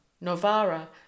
Novara